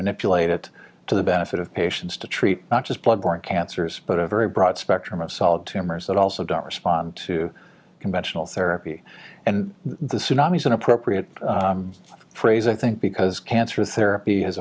manipulate it to the benefit of patients to treat not just blood borne cancers but a very broad spectrum of solid tumors that also don't respond to conventional therapy and the tsunamis in appropriate phrase i think because cancer therapy has